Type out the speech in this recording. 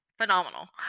phenomenal